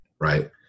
right